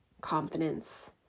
confidence